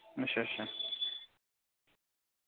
अच्छा अच्छा